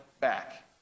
back